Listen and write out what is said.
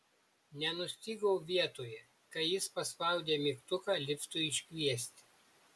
nenustygau vietoje kai jis paspaudė mygtuką liftui iškviesti